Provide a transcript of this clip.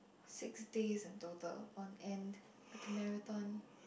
six days in total on end like a marathon